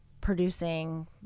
producing